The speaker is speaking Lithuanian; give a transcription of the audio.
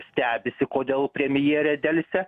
stebisi kodėl premjerė delsia